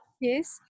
Yes